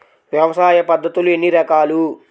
వ్యవసాయ పద్ధతులు ఎన్ని రకాలు?